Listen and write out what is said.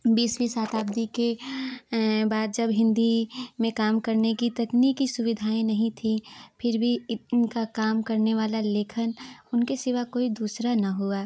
बीसवीं शताब्दी के बाद जब हिन्दी में काम करने की तकनीकी सुविधाएँ नहीं थी फिर भी इनका काम करने वाला लेखन उनके सिवा कोई दूसरा न हुआ